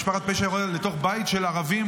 משפחת פשע יורה לתוך בית של ערבים,